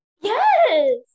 Yes